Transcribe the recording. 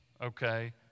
okay